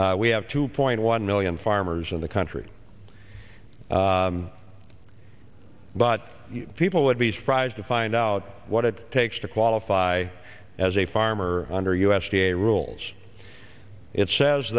we have two point one million farmers in the country but people would be surprised to find out what it takes to qualify as a farmer under u s d a rules it says